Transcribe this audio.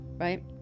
right